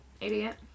Idiot